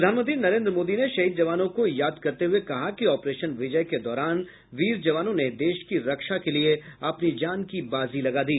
प्रधानमंत्री नरेन्द्र मोदी ने शहीद जवानों को याद करते हुए कहा कि ऑपरेशन विजय के दौरान वीर जवानों ने देश की रक्षा के लिये अपनी जान की बाजी लगा दी